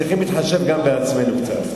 צריכים להתחשב גם בעצמנו קצת.